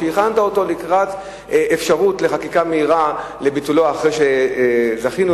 שהכנת אותו לקראת אפשרות לחקיקה מהירה לביטולו אחרי שזכינו,